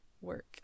work